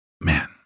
man